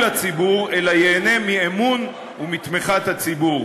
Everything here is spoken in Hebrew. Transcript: הציבור אלא ייהנה מאמון ומתמיכה של הציבור,